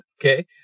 Okay